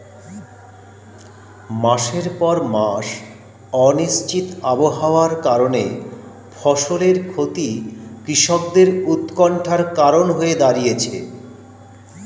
মাসের পর মাস অনিশ্চিত আবহাওয়ার কারণে ফসলের ক্ষতি কৃষকদের উৎকন্ঠার কারণ হয়ে দাঁড়িয়েছে